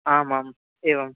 आमाम् एवं